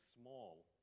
small